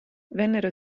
vennero